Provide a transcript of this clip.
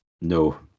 no